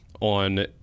on